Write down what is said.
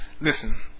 Listen